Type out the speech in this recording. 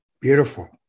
Beautiful